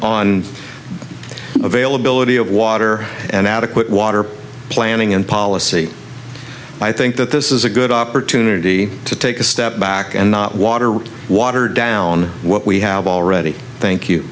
the availability of water and adequate water planning and policy i think that this is a good opportunity to take a step back and not water or water down what we have already thank you